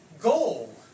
goal